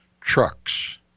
trucks